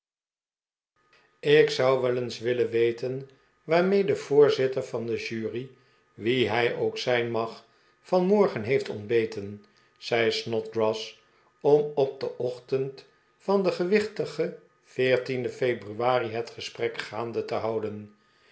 ik zou wel eens willen weten waarmee de voorzitter van de jury wie hij ook zijn mag vanmorgen heeft ontbeten zei snodgrass om op den oehtend van den gewichtigen veertienden februari het gesprek gaande te houden